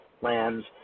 land